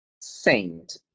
saint